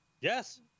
Yes